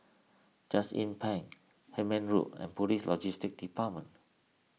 Just Inn Pine Hemmant Road and Police Logistics Department